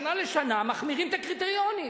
משנה לשנה מחמירים את הקריטריונים.